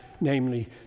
namely